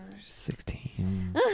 Sixteen